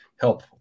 help